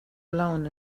alone